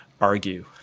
argue